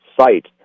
site